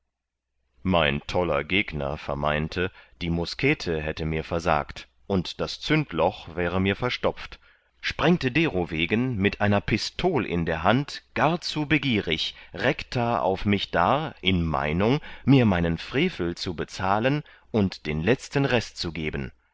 mein toller gegner vermeinte die muskete hätte mir versagt und das zündloch wäre mir verstopft sprengte derowegen mit einer pistol in der hand gar zu begierig recta auf mich dar in meinung mir meinen frevel zu bezahlen und den letzten rest zu geben